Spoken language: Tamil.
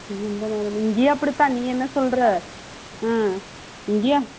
எந்த நேரமும் இங்கேயும் அப்படி தான் நீ என்ன சொல்கிற ஆ இங்கேயும்